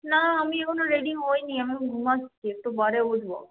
না আমি এখনও রেডি হইনি আমি এখন ঘুমাচ্ছি একটু পরে উঠব